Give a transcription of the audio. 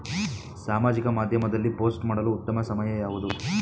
ಸಾಮಾಜಿಕ ಮಾಧ್ಯಮದಲ್ಲಿ ಪೋಸ್ಟ್ ಮಾಡಲು ಉತ್ತಮ ಸಮಯ ಯಾವುದು?